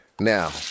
Now